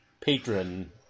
patron